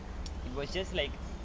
it was just like